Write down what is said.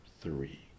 three